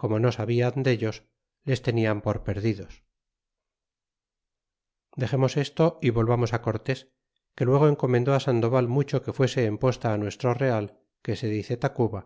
como no sabian dellos les tenian por perdidos dexemos esto y volvamos á cortés que luego encomendó á sandoval mucho que fuese en posta nuestro real que se dice tacuba